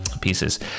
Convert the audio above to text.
pieces